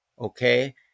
Okay